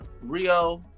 Rio